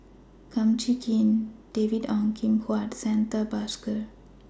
Kum Chee Kin David Ong Kim Huat and Santha Bhaskar